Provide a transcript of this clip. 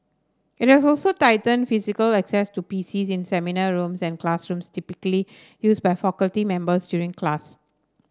it has also tightened physical access to P C S in seminar rooms and classrooms typically used by faculty members during class